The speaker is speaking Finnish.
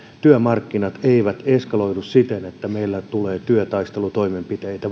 työmarkkinat eivät eskaloidu siten että meillä tulee työtaistelutoimenpiteitä